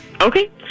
Okay